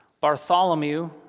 Bartholomew